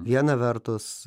viena vertus